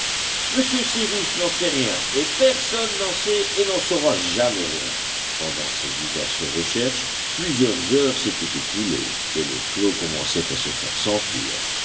monsieur cyrus n'en sait rien et personne n'en sait et n'en saura jamais rien pendant ces diverses recherches plusieurs heures s'étaient écoulées et le flot commençait à se faire sentir